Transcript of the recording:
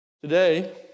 Today